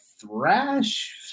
thrash